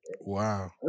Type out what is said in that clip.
Wow